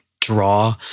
draw